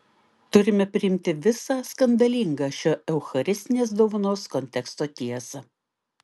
turime priimti visą skandalingą šio eucharistinės dovanos konteksto tiesą